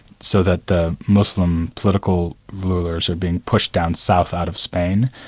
so that the muslim political rulers have been pushed down south out of spain,